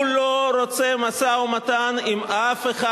הוא לא רוצה משא-ומתן עם אף אחד.